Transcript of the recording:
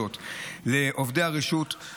אני רק מבקש להודות לעובדי הרשות כולם,